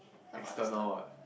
external what